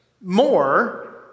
more